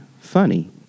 funny